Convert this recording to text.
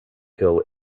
hill